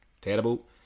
terrible